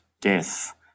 death